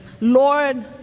Lord